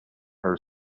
her